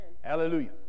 Hallelujah